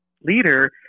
leader